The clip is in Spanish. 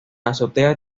azotea